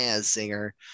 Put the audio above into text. singer